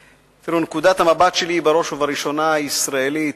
נקודת המבט שלי היא בראש ובראשונה ישראלית.